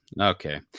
okay